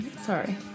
Sorry